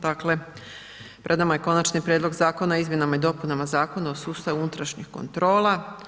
Dakle, pred nama je Konačni prijedlog zakona o izmjenama i dopunama zakona o sustavu unutrašnjih kontrola.